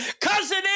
Cousin